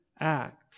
act